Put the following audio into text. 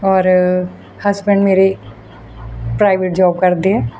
ਔਰ ਹਸਬੈਂਡ ਮੇਰੇ private job ਕਰਦੇ ਹੈ